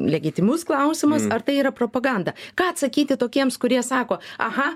legitimus klausimas ar tai yra propaganda ką atsakyti tokiems kurie sako aha